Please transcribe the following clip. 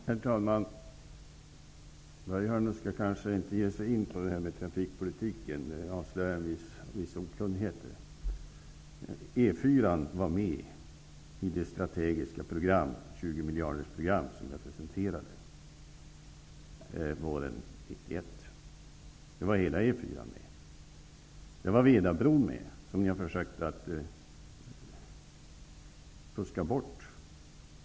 Herr talman! Börje Hörnlund skall kanske inte ge sig in på trafikpolitiken. Han avslöjar en viss okunnighet där. E 4 var med i det strategiska 20 miljardersprogram som jag presenterade våren 1991. Hela E 4 var med där. Vedabron var med. Den har ni försökt fuska bort.